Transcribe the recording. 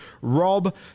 Rob